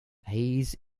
hayes